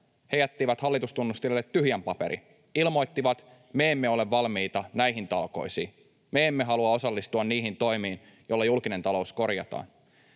jätti hallitustunnustelijalle tyhjän paperin. Ilmoittivat: me emme ole valmiita näihin talkoisiin, me emme halua osallistua niihin toimiin, joilla julkinen talous korjataan.